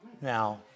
Now